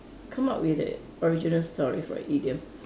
come up with a original story for a idiom